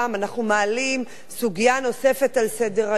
אנחנו מעלים סוגיה נוספת על סדר-היום,